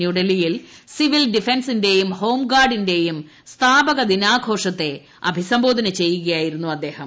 ന്യൂഡൽഹിയിൽ സിവിൽ ഡിഫൻസിന്റെയും ഹോംഗാർഡിന്റെയും ദിനാഘോഷത്തെ അഭിസംബോധന ചെയ്യുകയായിരുന്നു അദ്ദേഹം